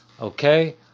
Okay